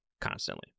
constantly